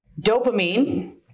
Dopamine